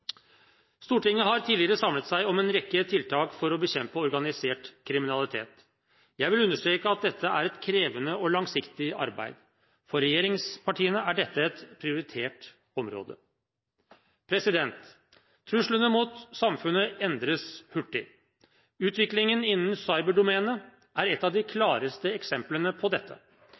Stortinget har tidligere samlet seg om en rekke tiltak for å bekjempe organisert kriminalitet. Jeg vil understreke at dette er et krevende og langsiktig arbeid. For regjeringspartiene er dette et prioritert område. Truslene mot samfunnet endres hurtig. Utviklingen innen cyberdomenet er et av klareste eksemplene på dette.